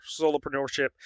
solopreneurship